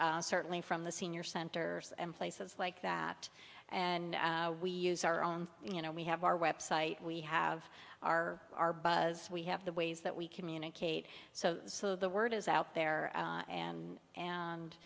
d certainly from the senior centers and places like that and we use our own you know we have our website we have our our buzz we have the ways that we communicate so so the word is out there and